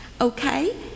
Okay